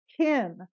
kin